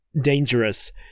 dangerous